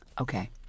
Okay